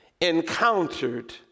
encountered